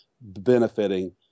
benefiting